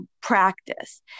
practice